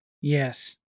Yes